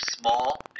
small